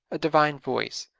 a divine voice,